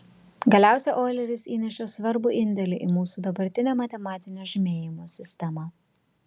galiausia oileris įnešė svarbų indėlį į mūsų dabartinę matematinio žymėjimo sistemą